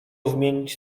zmienić